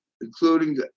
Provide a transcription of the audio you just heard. including